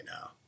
now